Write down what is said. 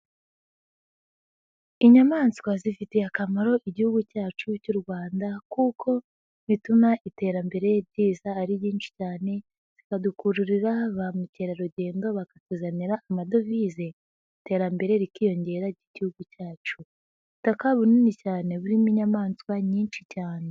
Inyamaswa zifitiye akamaro igihugu cyacu cy'u Rwanda kuko bituma iterambere riza ari ryinshi cyane, zikadukururira ba mukerarugendo bakatuzanira amadovize iterambere rikiyongera ry'igihugu cyacu. Ubutaka bunini cyane burimo inyamaswa nyinshi cyane.